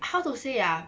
how to say ah